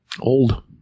old